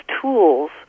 tools